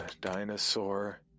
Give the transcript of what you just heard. dinosaur